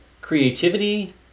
creativity